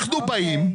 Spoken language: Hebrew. אנחנו באים,